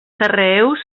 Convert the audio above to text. carreus